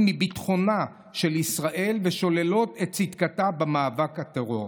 מביטחונה של ישראל ושוללות את צדקתה במאבק נגד הטרור.